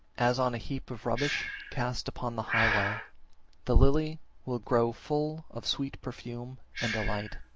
as on a heap of rubbish cast upon the highway the lily will grow full of sweet perfume and delight,